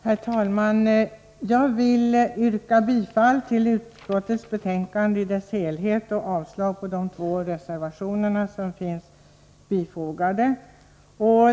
Herr talman! Jag vill börja med att yrka bifall till utskottets hemställan i dess helhet och avslag på de två reservationer som avgivits.